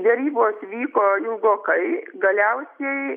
derybos vyko ilgokai galiausiai